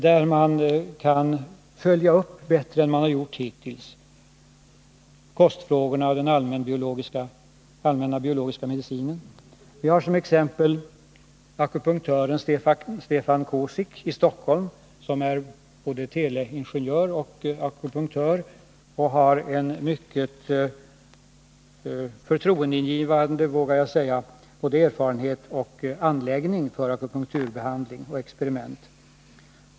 Där kan man bättre än man gjort hittills följa upp kostfrågorna och den allmänna biologiska medicinen. Man kan nämna akupunktören Stefan Kosic i Stockholm som är både teleingenjör och akupunktör och har en, det vågar jag säga, mycket förtroendeingivande erfarenhet och anläggning för akupunkturbehandling och akupunkturexperiment.